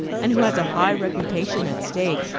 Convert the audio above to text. and who has a high reputation at stake,